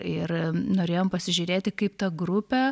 ir norėjom pasižiūrėti kaip ta grupė